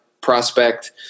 prospect